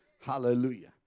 Hallelujah